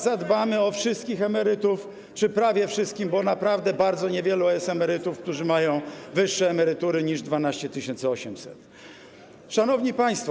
Zadbamy o wszystkich emerytów czy prawie wszystkich, bo naprawdę bardzo niewielu jest emerytów, którzy mają wyższe emerytury niż 12 800. Szanowni Państwo!